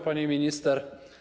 Pani Minister!